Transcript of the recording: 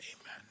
Amen